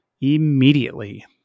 immediately